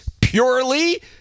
purely